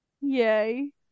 yay